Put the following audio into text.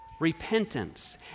Repentance